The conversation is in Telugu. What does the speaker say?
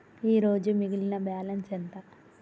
ఈరోజు మిగిలిన బ్యాలెన్స్ ఎంత?